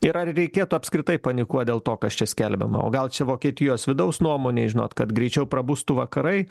ir ar reikėtų apskritai panikuot dėl to kas čia skelbiama o gal čia vokietijos vidaus nuomonei žinot kad greičiau prabustų vakarai